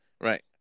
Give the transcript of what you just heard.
right